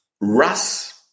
Russ